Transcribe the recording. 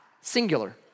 singular